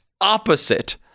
opposite